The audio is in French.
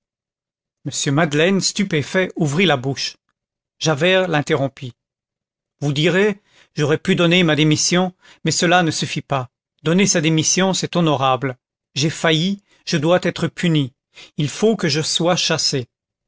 m madeleine stupéfait ouvrit la bouche javert l'interrompit vous direz j'aurais pu donner ma démission mais cela ne suffit pas donner sa démission c'est honorable j'ai failli je dois être puni il faut que je sois chassé